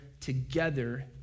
together